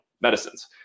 medicines